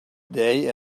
day